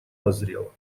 назрело